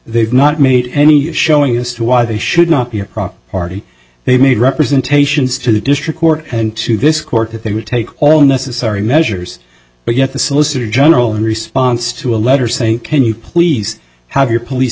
they've not made any showing as to why they should not be a party they've made representations to the district court and to this court that they would take all necessary measures to get the solicitor general in response to a letter saying can you please have your police